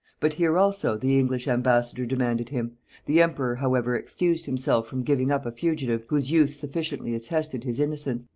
but here also the english embassador demanded him the emperor however excused himself from giving up a fugitive whose youth sufficiently attested his innocence,